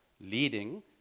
leading